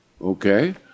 okay